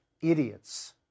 Idiots